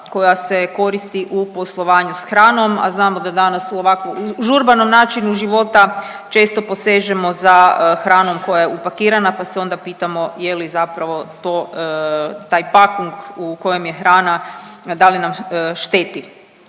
koje se koristi u poslovanju s hranom, a znamo da danas u ovako užurbanom načinu života često posežemo za hranom koja je upakirana pa se onda pitamo je li zapravo to, taj pakung u kojem je hrana da li nam šteti.